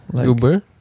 uber